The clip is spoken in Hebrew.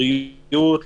בריאות,